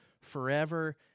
forever